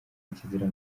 ikizira